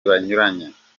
banyuranye